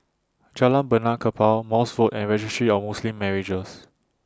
Jalan Benaan Kapal Morse Road and Registry of Muslim Marriages